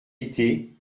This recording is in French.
été